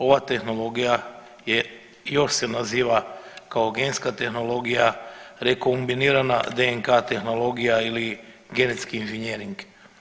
Ova tehnologija je još se naziva kao genska tehnologija rekonbinirana DNK tehnologija ili genetski inženjering.